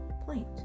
point